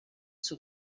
sous